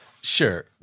Sure